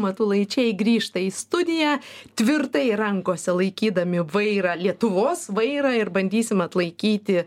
matulaičiai grįžta į studiją tvirtai rankose laikydami vairą lietuvos vairą ir bandysim atlaikyti